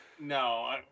No